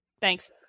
thanks